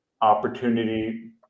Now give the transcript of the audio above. opportunity